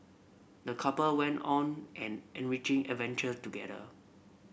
the couple went on an enriching adventure together